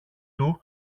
του